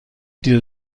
dieser